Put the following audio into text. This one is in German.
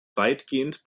weitgehend